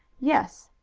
yes.